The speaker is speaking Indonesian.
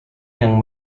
yang